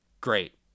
great